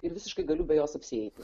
ir visiškai galiu be jos apsieiti